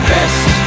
Best